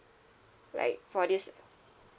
like for this